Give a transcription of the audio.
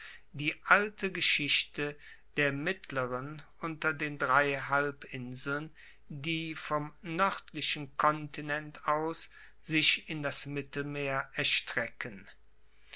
die alte geschichte der mittleren unter den drei halbinseln die vom noerdlichen kontinent aus sich in das mittelmeer erstrecken